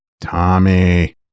Tommy